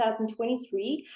2023